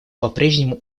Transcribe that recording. попрежнему